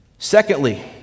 Secondly